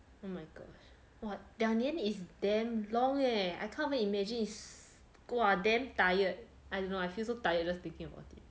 oh my god !wah! 两年 is damn long eh I can't even imagine is !wah! damn tired I don't know I feel so tired just thinking about it